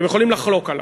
אתם יכולים לחלוק עלי.